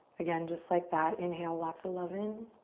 again, just like that. inhale lots of love in.